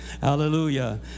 Hallelujah